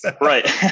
Right